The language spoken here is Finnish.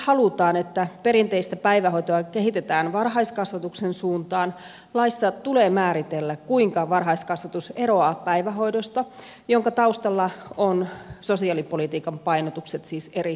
jos siis halutaan että perinteistä päivähoitoa kehitetään varhaiskasvatuksen suuntaan laissa tulee määritellä kuinka varhaiskasvatus eroaa päivähoidosta jonka taustalla ovat sosiaalipolitiikan painotukset siis eri painotukset